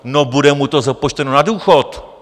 No bude mu to započteno na důchod!